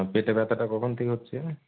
পেটে ব্যথাটা কখন থেকে হচ্ছে